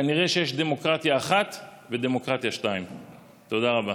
כנראה שיש דמוקרטיה 1 ודמוקרטיה 2. תודה רבה.